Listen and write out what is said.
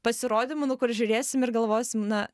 pasirodymų nu kur žiūrėsim ir galvosim na